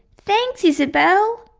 thanks isabelle!